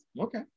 okay